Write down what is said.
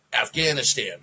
Afghanistan